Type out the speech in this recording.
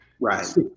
Right